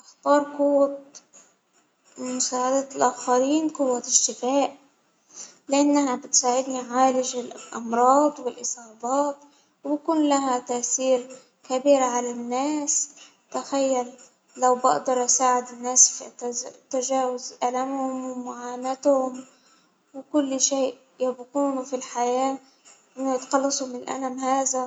أختار قوة مساعدة الآخرين قوة الشفاء، لأنها بتساعدنا نعالج الأمراض والإصابات وكلها كثير كبير على الناس، تخيل لو باقدر أساعد الناس ألم ومعاناتهم وكل شيء يبقون في الحياة ويتخلصوا من الألم هذا.